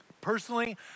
Personally